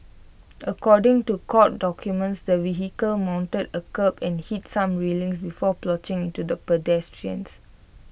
according to court documents the vehicle mounted A kerb and hit some railings before ploughing into pedestrians